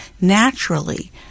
naturally